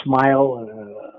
smile